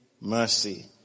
mercy